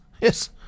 Yes